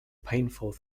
painful